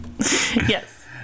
Yes